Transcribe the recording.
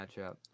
matchup